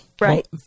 right